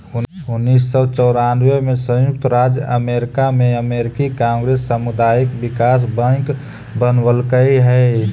उन्नीस सौ चौरानबे में संयुक्त राज्य अमेरिका में अमेरिकी कांग्रेस सामुदायिक विकास बैंक बनवलकइ हई